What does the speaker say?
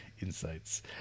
insights